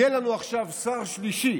יהיה לנו עכשיו שר שלישי